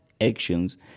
actions